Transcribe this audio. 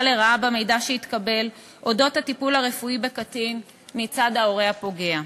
במידע שהתקבל על הטיפול הרפואי בקטין מצד ההורה הפוגע.